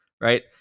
Right